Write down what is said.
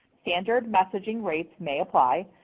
standard messaging rates may apply,